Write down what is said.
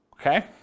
Okay